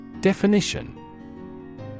Definition